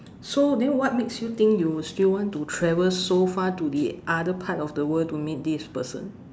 so then what makes you think you will still want to travel so far to the other part of the world to meet this person